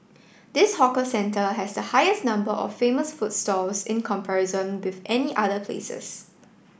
this hawker centre has the highest number of famous food stalls in comparison with any other places